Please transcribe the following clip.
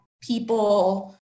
people